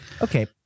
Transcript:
Okay